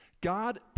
God